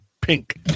pink